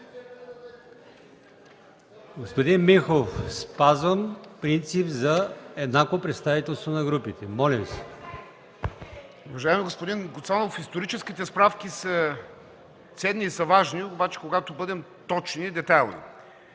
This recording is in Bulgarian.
Господин Михов, спазвам принцип за еднакво представителство на групите. ТОМИСЛАВ ДОНЧЕВ (ГЕРБ): Уважаеми господин Гуцанов, историческите справки са ценни и важни, но когато бъдем точни и детайлни.